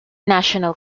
national